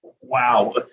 wow